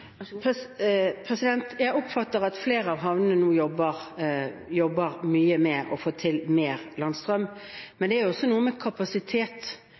Jeg oppfatter det slik at en i flere av havnene nå jobber mye med å få til mer landstrøm, men det har også noe å gjøre med kapasitet